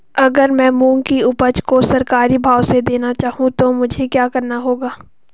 अगर मैं मूंग की उपज को सरकारी भाव से देना चाहूँ तो मुझे क्या करना होगा?